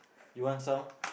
you want some